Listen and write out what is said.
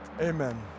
Amen